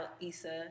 Issa